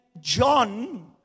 john